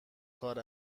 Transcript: کار